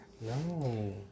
No